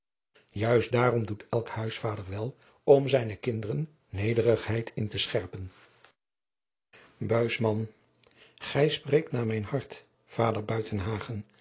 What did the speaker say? juist daarom doet elk huisvader wel om zijnen kinderen nederigheid in te scherpen buisman gij spreekt naar mijn hart vader